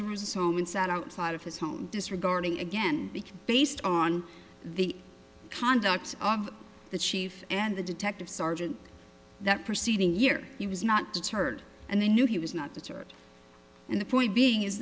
drew's home and sat outside of his home disregarding again based on the conduct of the chief and the detective sergeant that proceeding year he was not deterred and they knew he was not deterred in the point being is